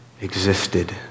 existed